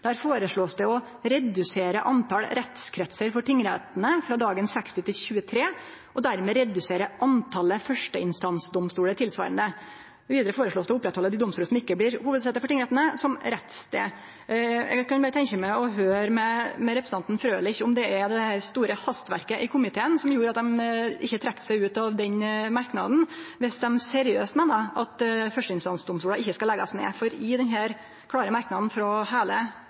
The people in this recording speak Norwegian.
Der foreslås det å redusere antall rettskretser for tingrettene fra dagens 60 til 23, og dermed redusere antall førsteinstansdomstoler tilsvarende. Videre foreslås det å opprettholde de domstoler som ikke blir hovedsete for tingrettene som rettssted.» Eg kan tenkje meg å høyre med representanten Frølich om det er det store hastverket i komiteen som gjorde at dei ikkje trekte seg ut av den merknaden viss dei seriøst meiner at førsteinstansdomstolar ikkje skal leggjast ned, for i denne klare merknaden